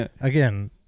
Again